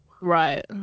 Right